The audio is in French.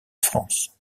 france